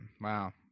Wow